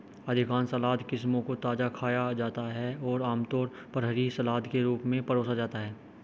अधिकांश सलाद किस्मों को ताजा खाया जाता है और आमतौर पर हरी सलाद के रूप में परोसा जाता है